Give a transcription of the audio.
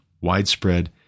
widespread